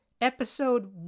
Episode